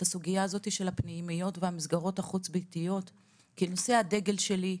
את הסוגיה הזאת של הפנימיות והמסגרות החוץ-ביתיות כנושא הדגל שלי,